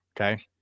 Okay